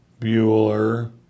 Bueller